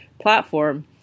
platform